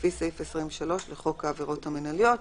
לפי סעיף 23 לחוק העבירות המינהליות.